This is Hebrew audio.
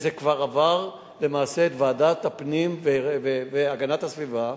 וזה כבר עבר למעשה את ועדת הפנים והגנת הסביבה